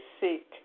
seek